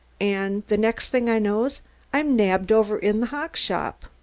an' the next thing i knows i'm nabbed over in the hock-shop.